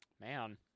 Man